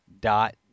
dot